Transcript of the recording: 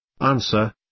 Answer